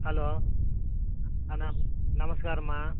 hello நம் நமஸ்காரம்மா